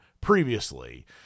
previously